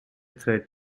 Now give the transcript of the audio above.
threat